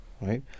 right